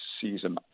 season